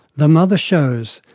the mother shows,